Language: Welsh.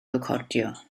recordio